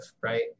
right